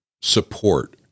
support